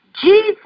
Jesus